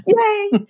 Yay